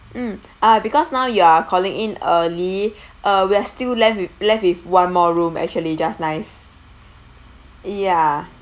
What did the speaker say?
mm uh because now you're calling in early uh we are still left with left with one more room actually just nice ya